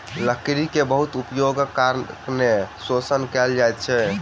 लकड़ी के बहुत उपयोगक कारणें शोषण कयल जाइत अछि